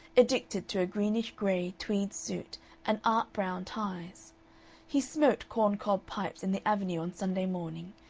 addicted to a greenish-gray tweed suit and art brown ties he smoked corncob pipes in the avenue on sunday morning,